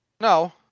No